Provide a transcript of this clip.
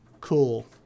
cool